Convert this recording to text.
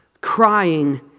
crying